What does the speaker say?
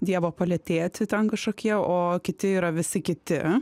dievo palytėti ten kažkokie o kiti yra visi kiti